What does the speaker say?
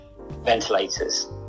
ventilators